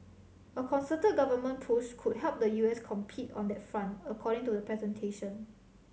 a concerted government push could help the U S compete on that front according to the presentation